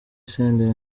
senderi